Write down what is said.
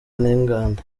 n’inganda